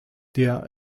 der